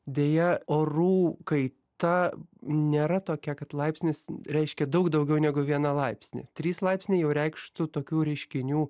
deja orų kaita nėra tokia kad laipsnis reiškia daug daugiau negu vieną laipsnį trys laipsniai jau reikštų tokių reiškinių